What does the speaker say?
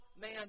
man